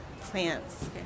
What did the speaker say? plants